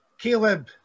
Caleb